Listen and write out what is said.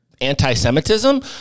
anti-Semitism